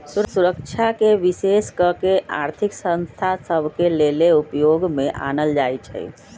सुरक्षाके विशेष कऽ के आर्थिक संस्था सभ के लेले उपयोग में आनल जाइ छइ